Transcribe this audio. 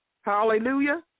Hallelujah